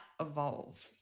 evolve